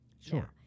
sure